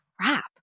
crap